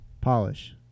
Polish